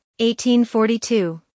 1842